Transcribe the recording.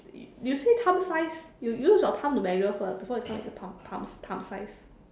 you say thumb size you use your thumb to measure first before you tell me it's the thumb thumb thumb size